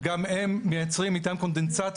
וגם הם מייצרים מטען קונדנסט,